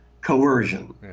coercion